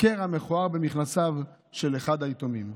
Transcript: קרע מכוער במכנסיו של אחד היתומים.